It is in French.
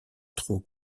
trop